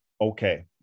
okay